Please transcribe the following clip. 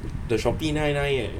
the Shopee nine nine eh